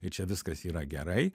ir čia viskas yra gerai